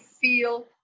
feel